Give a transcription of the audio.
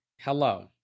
Hello